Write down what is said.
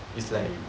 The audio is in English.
mm